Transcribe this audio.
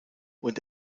und